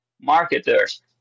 marketers